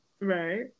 Right